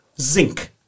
Zinc